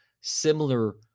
similar